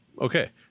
Okay